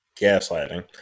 gaslighting